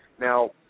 Now